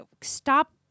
stop